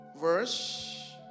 Verse